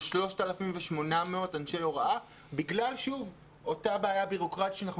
ל-3,800 אנשי הוראה בגלל אותה בעיה בירוקרטית שאנחנו